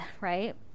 Right